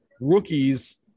rookies –